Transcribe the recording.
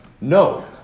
No